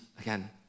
again